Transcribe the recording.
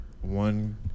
one